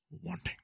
wanting